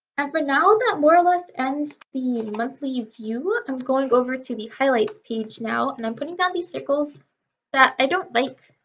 and for now that more or less ends the monthly view. i'm going over to the highlights page now and i'm putting down these circles that i don't like.